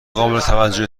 قابلتوجه